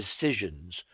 decisions